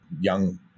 young